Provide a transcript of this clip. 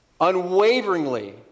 unwaveringly